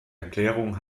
erklärung